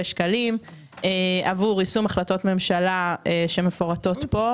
שקלים עבור יישום החלטות ממשלה שמפורטות בו.